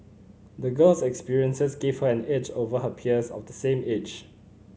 the girl's experiences gave her an edge over her peers of the same age